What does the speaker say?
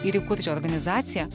ir įkurti organizaciją